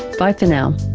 bye for now